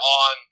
on